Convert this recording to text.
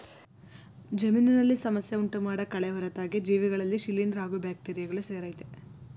ಜಮೀನಿನಲ್ಲಿ ಸಮಸ್ಯೆ ಉಂಟುಮಾಡೋ ಕಳೆ ಹೊರತಾಗಿ ಜೀವಿಗಳಲ್ಲಿ ಶಿಲೀಂದ್ರ ಹಾಗೂ ಬ್ಯಾಕ್ಟೀರಿಯಗಳು ಸೇರಯ್ತೆ